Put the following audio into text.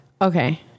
Okay